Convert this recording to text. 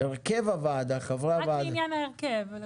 הרכב הוועדה, חברי הוועדה --- רק לעניין ההרכב.